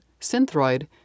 Synthroid